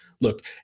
Look